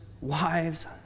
wives